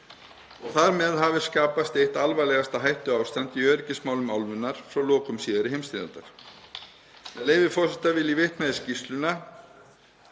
Þar með hafi skapast eitt alvarlegasta hættuástand í öryggismálum álfunnar frá lokum síðari heimsstyrjaldar. Með leyfi forseta vil ég vitna í skýrsluna